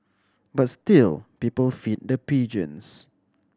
but still people feed the pigeons